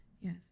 yes